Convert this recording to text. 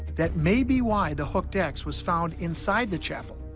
that may be why the hooked x was found inside the chapel.